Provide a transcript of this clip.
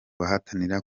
bahatanira